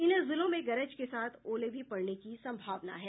इन जिलों में गरज के साथ ओले भी पड़ने की संभावना है